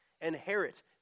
inherit